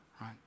right